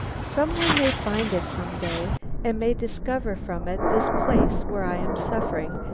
some one may find it some day and may discover from it this place where i am suffering,